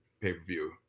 pay-per-view